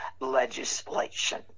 legislation